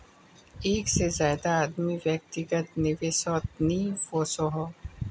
एक से ज्यादा आदमी व्यक्तिगत निवेसोत नि वोसोह